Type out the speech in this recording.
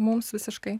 mums visiškai